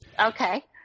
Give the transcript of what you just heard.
Okay